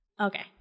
okay